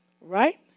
Right